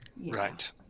right